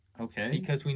Okay